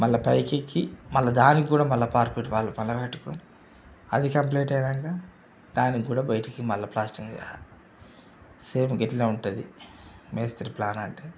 మళ్ళా పైకి ఎక్కి మళ్ళా దానికి కూడా మళ్ళ కార్పొరేట్ వాల్ బల్ల పెట్టుకుని అది కంప్లీట్ అయినాక దానికి కూడా బయిటికి మళ్ళా ప్లాస్టరింగ్ చేయాలి సేమ్ ఇట్లా ఉంటుంది మేస్త్రి ప్లాన్ అంటే